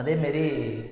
அதே மாரி